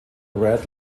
red